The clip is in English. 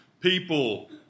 people